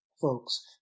folks